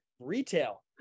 retail